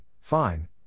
fine